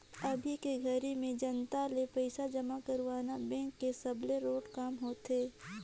अभी के घरी में जनता ले पइसा जमा करवाना बेंक के सबले रोंट काम होथे